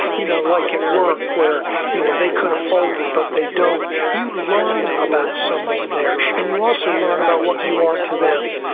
you know like at work where you know they could have folded but they don't. you learn about someone there, and you also learn about what you are to them,